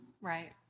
Right